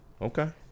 Okay